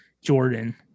Jordan